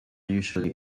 usually